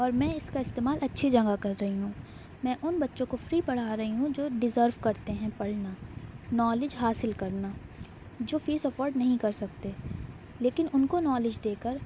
اور میں اس کا استعمال اچھی جگہ کر رہی ہوں میں ان بچوں کو فری پڑھا رہی ہوں جو ڈیزرو کرتے ہیں پڑھنا نالج حاصل کرنا جو فیس افورڈ نہیں کر سکتے لیکن ان کو نالج دے کر